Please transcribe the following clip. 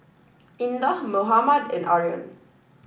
Indah Muhammad and Aryan